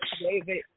David